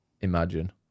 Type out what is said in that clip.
imagine